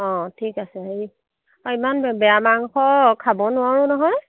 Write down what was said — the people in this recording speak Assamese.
অঁ ঠিক আছে হেৰি আৰু ইমান বেয়া মাংস খাব নোৱাৰোঁ নহয়